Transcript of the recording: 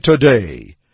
today